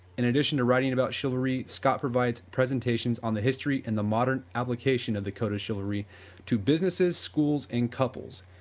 in addition to writing about chivalry scott provides presentations on the history in the modern application of the code of chivalry to businesses, schools and couples,